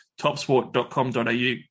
topsport.com.au